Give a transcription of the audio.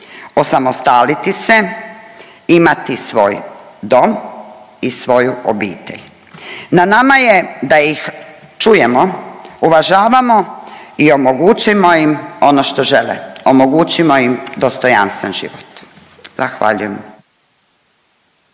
osamostaliti se, imati svoj dom i svoju obitelj. Na nama je da ih čujemo, uvažavamo i omogućimo im ono što žele, omogućimo im dostojanstven život. Zahvaljujem.